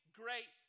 great